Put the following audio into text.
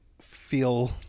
feel